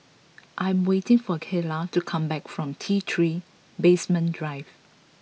I am waiting for Kyla to come back from T Three Basement Drive